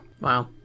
Wow